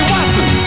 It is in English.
Watson